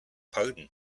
pardon